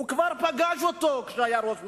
הוא כבר פגש אותו כשהיה ראש ממשלה.